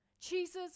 Jesus